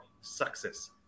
success